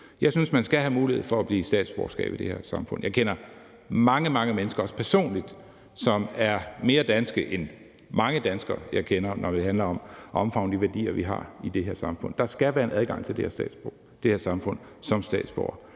Jeg synes, at man skal have mulighed for at blive statsborger i det her samfund. Jeg kender mange, mange mennesker, også personligt, som er mere danske end mange danskere, jeg kender, når det gælder om at omfavne de værdier, vi har i det her samfund. Der skal være en adgang til at blive statsborger